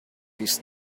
his